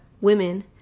women